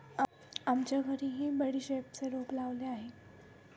आमच्या घरीही बडीशेपचे रोप लावलेले आहे